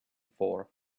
for